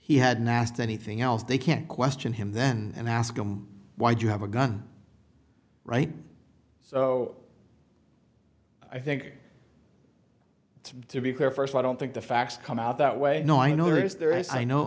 he had asked anything else they can't question him then and ask him why do you have a gun right so i think to be clear first i don't think the facts come out that way no i know